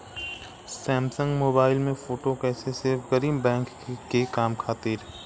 Samsung mobile में photo कैसे save करीं बैंक के काम खातिर?